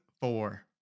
four